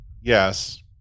yes